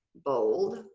bold